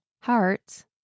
hearts